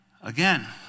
again